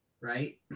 right